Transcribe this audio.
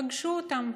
פגשו אותם,